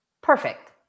perfect